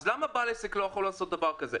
אז למה בעל עסק לא יכול לעשות דבר כזה?